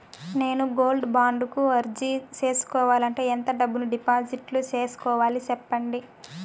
నేను gold bond కు అర్జీ సేసుకోవాలంటే ఎంత డబ్బును డిపాజిట్లు సేసుకోవాలి సెప్పండి